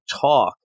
talk